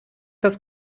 das